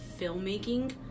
filmmaking